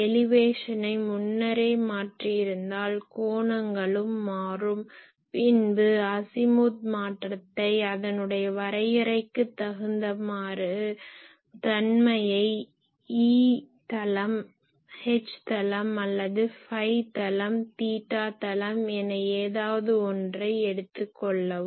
எலிவேஷனை முன்னரே மாற்றியிருந்தால் கோணங்களும் மாறும் பின்பு அசிமுத் மாற்றத்தை அதனுடைய வரையறைக்குத் தகுந்தவாறு தன்மையை E தளம் H தளம் அல்லது ஃபை தளம் தீட்டா தளம் என ஏதாவது ஒன்றை எடுத்துக்கொள்ளவும்